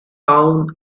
town